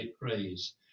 praise